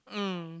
mm